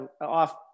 off